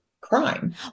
crime